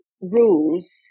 rules